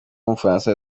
w’umufaransa